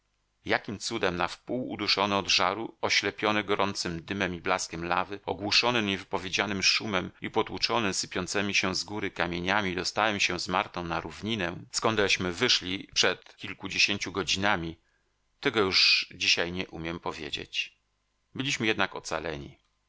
jakim cudem nawpół uduszony od żaru oślepiony gorącym dymem i blaskiem lawy ogłuszony niewypowiedzianym szumem i potłuczony sypiącemi się z góry kamieniami dostałem się z martą na równinę skądeśmy wyszli przed kilkudziesięciu godzinami tego już dzisiaj nie umiem powiedzieć byliśmy jednak ocaleni